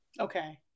Okay